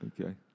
Okay